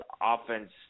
offense